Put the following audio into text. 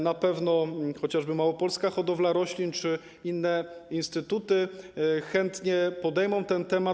Na pewno chociażby Małopolska Hodowla Roślin czy inne instytuty chętnie podejmą ten temat.